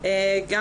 גם